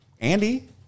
andy